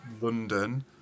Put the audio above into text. London